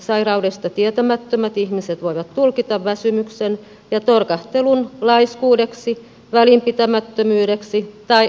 sairaudesta tietämättömät ihmiset voivat tulkita väsymyksen ja torkahtelun laiskuudeksi välinpitämättömyydeksi tai epäkohteliaisuudeksi